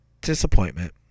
disappointment